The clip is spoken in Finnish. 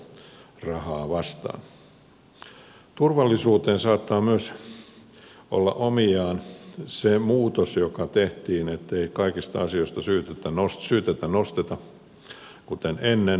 turvallisuuteen liittyen saattaa myös olla omiaan se muutos joka tehtiin ettei kaikista asioista syytettä nosteta kuten ennen